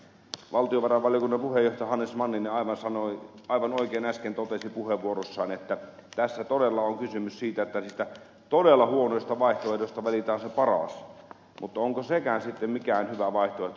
valtiovarainvaliokunnan puheenjohtaja hannes manninen aivan oikein äsken totesi puheenvuorossaan että tässä todella on kysymys siitä että niistä todella huonoista vaihtoehdoista valitaan se paras mutta onko sekään sitten mikään hyvä vaihtoehto